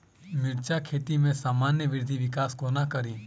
मिर्चा खेती केँ सामान्य वृद्धि विकास कोना करि?